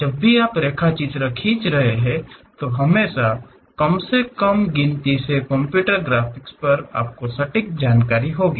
जब भी आप रेखाचित्र खींच रहे हों तो हमेशा कम से कम गिनती से कंप्यूटर ग्राफिक्स पर आपको सटीक जानकारी होगी